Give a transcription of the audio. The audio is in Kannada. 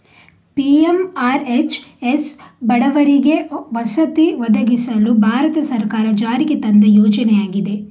ಪಿ.ಎಂ.ಆರ್.ಹೆಚ್.ಎಸ್ ಬಡವರಿಗೆ ವಸತಿ ಒದಗಿಸಲು ಭಾರತ ಸರ್ಕಾರ ಜಾರಿಗೆ ತಂದ ಯೋಜನೆಯಾಗಿದೆ